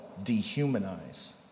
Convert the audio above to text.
dehumanize